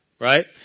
Right